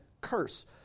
curse